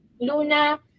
Luna